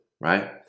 right